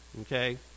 Okay